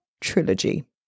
Trilogy